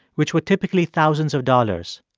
which were typically thousands of dollars.